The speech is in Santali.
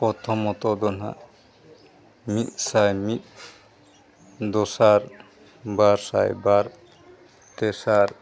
ᱯᱨᱚᱛᱷᱚᱢᱚᱛᱚ ᱫᱚ ᱱᱟᱦᱟᱜ ᱢᱤᱫ ᱥᱟᱭ ᱢᱤᱫ ᱫᱚᱥᱟᱨ ᱵᱟᱨ ᱥᱟᱭ ᱵᱟᱨ ᱛᱮᱥᱟᱨ